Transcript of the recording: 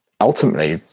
ultimately